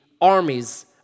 armies